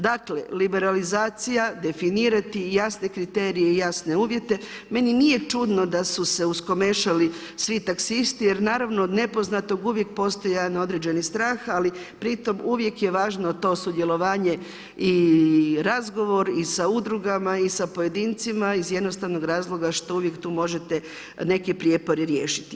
Dakle liberalizacija, definirati jasne kriterije i jasne uvjete, meni nije čudno da su se uskomešali svi taksisti jer naravno od nepoznatog uvijek postoji jedan određeni strah, ali pri tome uvijek je važno to sudjelovanje i razgovor i sa udrugama i sa pojedincima iz jednostavnog razloga što uvijek tu možete neke prijepore riješiti.